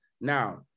Now